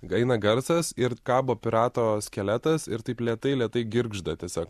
eina garsas ir kabo pirato skeletas ir taip lėtai lėtai girgžda tiesiog